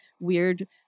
weird